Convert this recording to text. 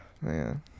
Man